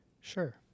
sure